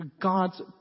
God's